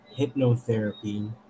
hypnotherapy